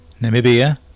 Namibia